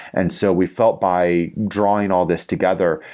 and so we felt by drawing all this together,